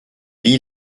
lit